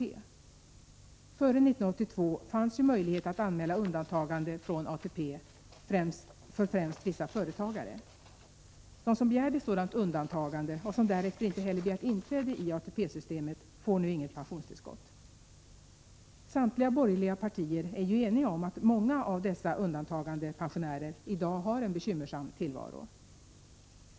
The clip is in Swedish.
Före 1982 fanns ju möjlighet att anmäla undantagande från ATP för främst vissa företagare. De som begärde sådant undantagande och som därefter inte heller begärt inträde i ATP-systemet får nu inget pensionstillskott. Samtliga borgerliga partier är eniga om att många av dessa undantagandepensionärer i dag har en bekymmersam tillvaro.